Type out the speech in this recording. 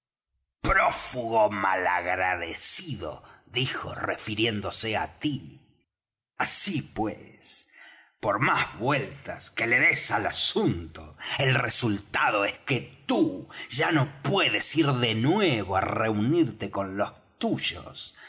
prófugo malagradecido dijo refiriéndose á tí así pues por más vueltas que le des al asunto el resultado es que tú ya no puedes ir de nuevo á reunirte con los tuyos